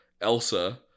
Elsa